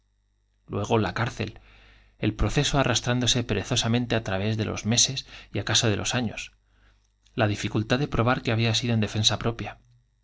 luego la cárcel el proceso arrastrándose perezosa mente al través de los meses de los la y acaso años dificultad de probar que había sido en defensa propia